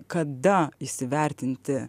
kada įsivertinti